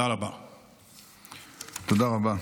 תודה רבה.